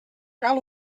cal